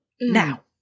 Now